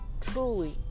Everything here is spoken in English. truly